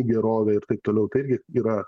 gerovė ir taip toliau tai irgi yra